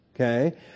okay